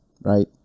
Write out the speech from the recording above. right